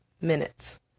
Minutes